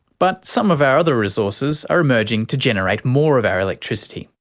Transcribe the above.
but some of our other resources are emerging to generate more of our electricity.